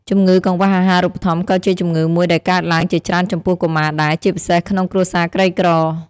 ជម្ងឺកង្វះអាហារូបត្ថម្ភក៏ជាជម្ងឺមួយដែលកើតឡើងជាច្រើនចំពោះកុមារដែរ ជាពិសេសក្នុងគ្រួសារក្រីក្រ។